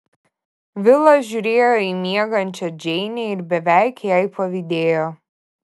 vilas žiūrėjo į miegančią džeinę ir beveik jai pavydėjo